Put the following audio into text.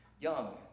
young